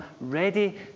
ready